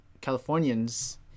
Californians